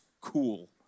cool